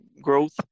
growth